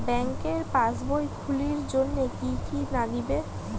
ব্যাঙ্কের পাসবই খুলির জন্যে কি কি নাগিবে?